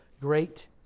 great